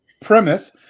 premise